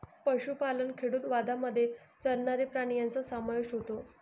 पशुपालन खेडूतवादामध्ये चरणारे प्राणी यांचा समावेश होतो